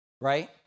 right